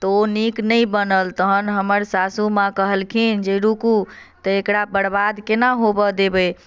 तऽ ओ नीक नहि बनल तखन हमर सासूमाँ कहलखिन जे रुकू तऽ एकरा बर्बाद केना होबय देबै